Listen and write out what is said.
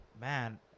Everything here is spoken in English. man